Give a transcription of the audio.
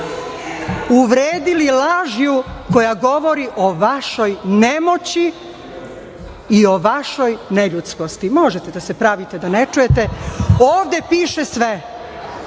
uvredili lažju koja govori o vašoj nemoći i o vašoj neljudskosti. Možete da se pravite da ne čujete, ovde piše sve.